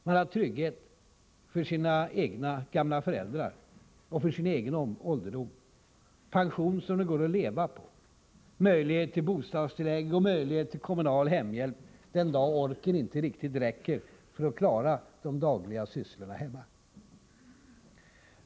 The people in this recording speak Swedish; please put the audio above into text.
Man har trygghet för sina gamla föräldrar och för sin egen ålderdom: pension som det går att leva på, möjlighet till bostadstillägg och möjlighet till kommunal hemhjälp den dag orken inte riktigt räcker för att klara de dagliga sysslorna hemma.